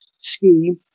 scheme